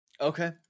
okay